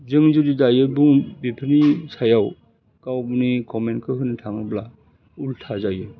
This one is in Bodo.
जों जुदि दायो बुं बेफोरनि सायाव गावनि कमेन्टखो होनो थाङोब्ला उल्टा जायो